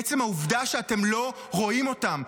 עצם העובדה שאתם לא רואים אותם,